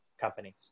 companies